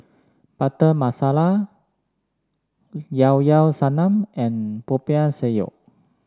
Butter Masala Llao Llao Sanum and Popiah Sayur